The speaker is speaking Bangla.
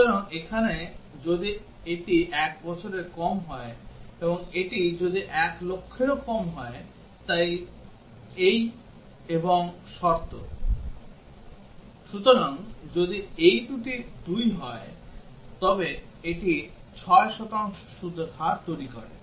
সুতরাং এখানে যদি এটি 1 বছরের কম হয় এবং যদি এটি 1 লক্ষেরও কম হয় তাই এই এবং শর্ত সুতরাং যদি এই দুটি দুই হয় তবে এটি 6 শতাংশ সুদের হার তৈরি করে